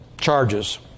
charges